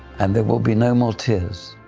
and there will be no more tears.